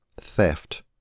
theft